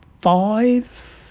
five